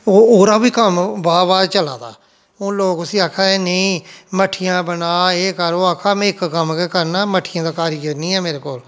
ओह् ओह्दा बी कम्म बाह् बाह् चला दा हून लोक उस्सी आक्खा दे नेईं मट्ठियां बना एह् कर ओह् आखादा में इक कम्म गै करना मट्ठियें दा कारीगर निं है मेरे कोल